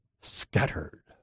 scattered